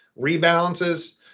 rebalances